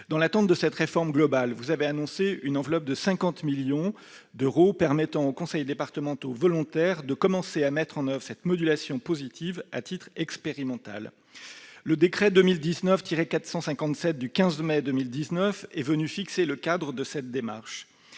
Dans l'attente de cette réforme globale, vous avez annoncé une enveloppe de 50 millions d'euros, qui permettrait aux conseils départementaux volontaires de commencer à mettre en oeuvre cette modulation positive à titre expérimental. Le décret n° 2019-457 du 15 mai 2019 est venu fixer le cadre de cette démarche.